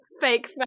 fake